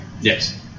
Yes